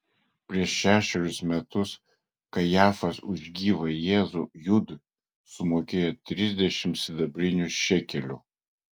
prieš šešerius metus kajafas už gyvą jėzų judui sumokėjo trisdešimt sidabrinių šekelių